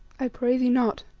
i pray thee not,